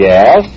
Yes